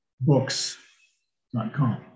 books.com